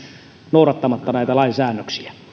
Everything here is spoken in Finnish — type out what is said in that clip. noudattamatta näitä lain säännöksiä